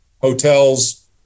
hotels